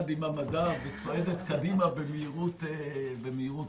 עם המדע וצועדת קדימה במהירות אדירה,